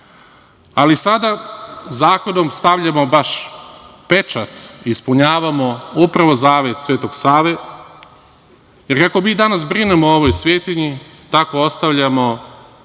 ali sada zakonom stavljamo baš pečat i ispunjavamo zavet Svetog Save, jer kako mi danas brinemo o ovoj svetinji, tako ostavljamo